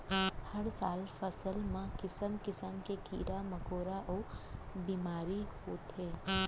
हर साल फसल म किसम किसम के कीरा मकोरा अउ बेमारी होथे